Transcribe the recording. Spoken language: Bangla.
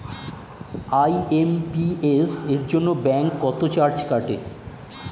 আই.এম.পি.এস এর জন্য ব্যাংক কত চার্জ কাটে?